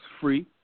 Free